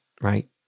right